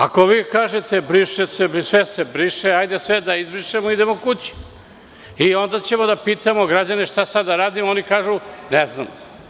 Ako vi kažete briše se, sve se briše, hajde sve da izbrišemo i idemo kući i onda ćemo da pitamo građane šta sad da radimo, oni kažu – ne znamo.